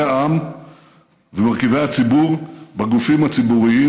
העם ומרכיבי הציבור בגופים הציבוריים.